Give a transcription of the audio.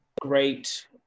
great